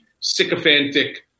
sycophantic